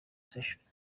sessions